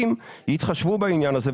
יתחשבו בעניין הזה.